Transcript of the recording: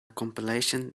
compilation